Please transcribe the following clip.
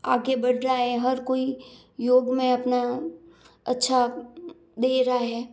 आगे बढ़ रहा है हर कोई योग में अपना अच्छा दे रहा है